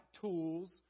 tools